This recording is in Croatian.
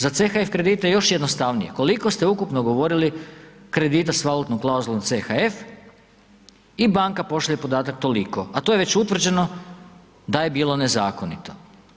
Za CHF kredite još jednostavnije, koliko ste ukupno ugovorili kredita s valutnom klauzulom CHF i banka pošalje podatak toliko, a to je već utvrđeno da je bilo nezakonito.